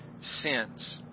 sins